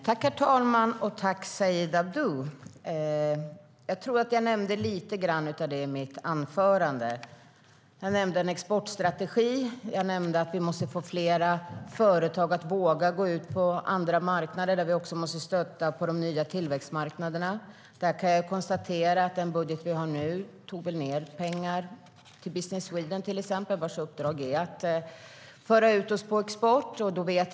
Herr ålderspresident! I mitt anförande nämnde jag en exportstrategi, att fler företag måste våga att gå ut på andra marknader och att vi måste stötta de nya tillväxtmarknaderna. Den budget som vi har nu innehöll mindre pengar till bland annat Business Sweden, vars uppdrag är att föra ut svenska produkter på export.